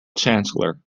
chancellor